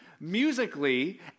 musically